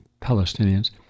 Palestinians